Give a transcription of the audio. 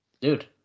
Dude